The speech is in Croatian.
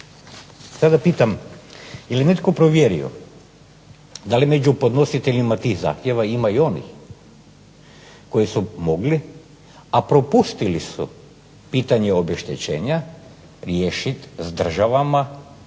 Sada pitam, je li netko provjerio da li među podnositeljima tih zahtjeva ima i onih koji su mogli, a propustili su pitanje obeštećenja riješit s državama koje